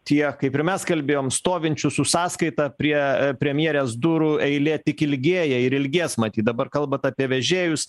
tie kaip ir mes kalbėjom stovinčių su sąskaitą prie premjerės durų eilė tik ilgėja ir ilgės matyt dabar kalbat apie vežėjus